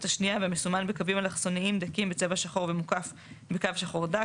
השנייה והמסומן בקווים אלכסוניים דקים בצבע שחור ומוקף בקו שחור דק,